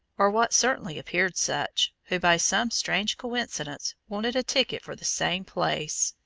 or what certainly appeared such, who by some strange coincidence, wanted a ticket for the same place.